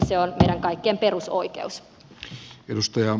se on meidän kaikkien perusoikeus